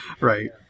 Right